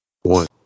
One